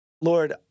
Lord